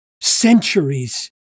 centuries